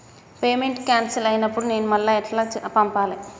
Payment cancel అయినపుడు నేను మళ్ళా ఎట్ల పంపాలే?